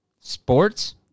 Sports